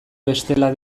beste